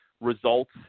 results